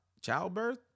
childbirth